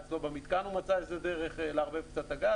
אצלו במיתקן הוא מצא איזו דרך לערבב קצת את הגז